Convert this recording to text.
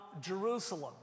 Jerusalem